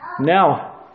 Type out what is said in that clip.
Now